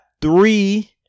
three